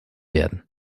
werden